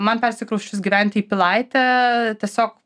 man persikrausčius gyventi į pilaitę tiesiog